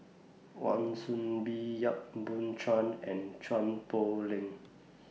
Wan Soon Bee Yap Boon Chuan and Chua Poh Leng